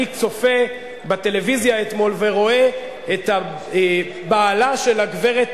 אני צופה בטלוויזיה אתמול ורואה את בעלה של הגברת